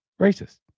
racist